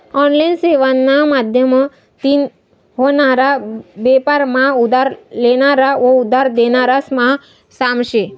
online सेवाना माध्यमतीन व्हनारा बेपार मा उधार लेनारा व उधार देनारास मा साम्य शे